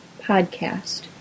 podcast